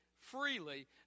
freely